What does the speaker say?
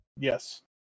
Yes